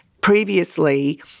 Previously